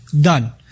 Done